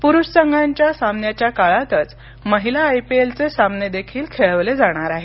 पुरुष संघांच्या सामन्याच्या काळातच महिला आय पी एल चे सामने देखील खेळवले जाणार आहेत